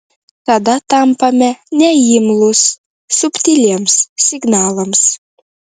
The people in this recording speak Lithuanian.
tada tampame neimlūs subtiliems signalams